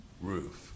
roof